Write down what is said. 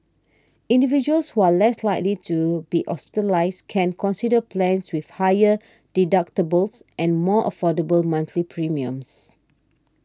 individuals who are less likely to be hospitalised can consider plans with higher deductibles and more affordable monthly premiums